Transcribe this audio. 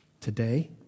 today